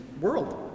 world